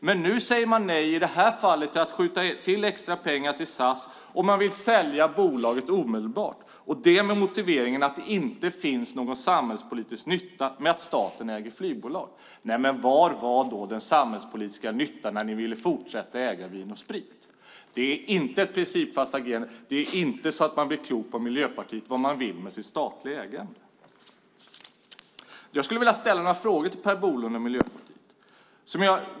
Men i det här fallet säger man nej till att skjuta till extra pengar till SAS, och man vill sälja bolaget omedelbart. Det vill man göra med motiveringen att det inte finns någon samhällspolitisk nytta med att staten äger flygbolag. Vad var då den samhällspolitiska nyttan när ni ville fortsätta att äga Vin & Sprit? Det är inte ett principfast agerande, och det är inte så att man blir klok på vad Miljöpartiet vill med det statliga ägandet. Jag skulle vilja ställa några frågor till Per Bolund och Miljöpartiet.